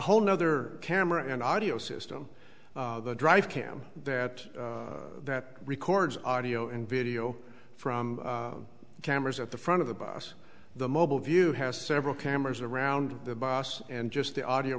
whole nother camera and audio system the drive cam that that records audio and video from cameras at the front of the bus the mobile view has several cameras around the boss and just the audio